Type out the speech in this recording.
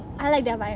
I like their vibe